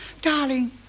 Darling